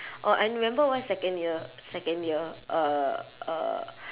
orh I remember my second year second year uh uh